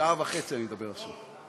שעה וחצי אני אדבר עכשיו.